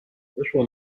wyszła